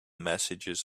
messages